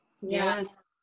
yes